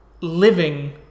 living